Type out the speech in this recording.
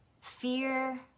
fear